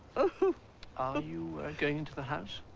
are you going into the house?